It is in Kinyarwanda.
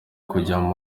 kujya